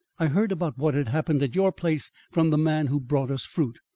i heard about what had happened at your place from the man who brought us fruit.